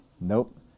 Nope